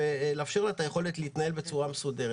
ולאפשר לה את היכולת להתנהל בצורה מסודרת.